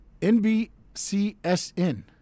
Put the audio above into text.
NBCSN